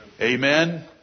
Amen